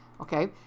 okay